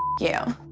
you.